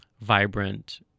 vibrant